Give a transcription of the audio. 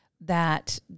that-